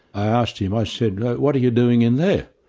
i asked him, i said what are you doing in there?